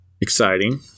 Exciting